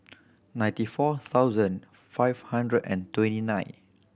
ninety four thousand five hundred and twenty nine